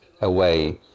away